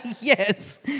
Yes